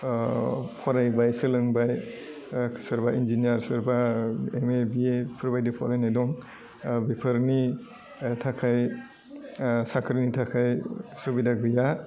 फरायबाय सोलोंबाय सोरबा इन्जिनियार सोरबा एम ए बि ए बिफोबायदि फरायनाय दं बेफोरनि थाखाय साख्रिनि थाखाय सुबिदा गैया